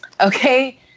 Okay